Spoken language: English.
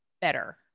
better